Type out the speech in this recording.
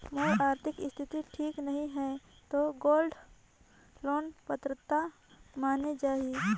मोर आरथिक स्थिति ठीक नहीं है तो गोल्ड लोन पात्रता माने जाहि?